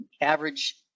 Average